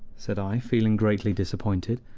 said i, feeling greatly disappointed.